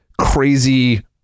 crazy